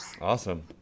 Awesome